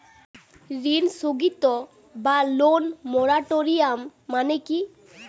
ঋণ স্থগিত বা লোন মোরাটোরিয়াম মানে কি?